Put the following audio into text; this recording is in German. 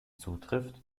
zutrifft